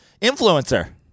influencer